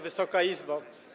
Wysoka Izbo!